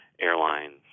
airlines